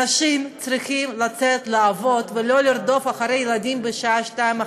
אנשים צריכים לצאת לעבוד ולא לרדוף אחרי הילדים בשעה 14:00,